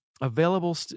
available